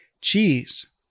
cheese